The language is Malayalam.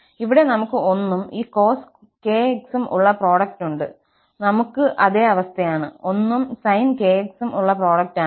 ഇവിടെ നമുക്ക് 1 ഉം ഈ cos kx ഉള്ള പ്രോഡക്റ്റും ഉണ്ട് നമുക്കും അതേ അവസ്ഥയാണ് 1 ഉം sin kx ഉള്ള പ്രോഡക്റ്റും ആണ്